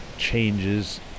changes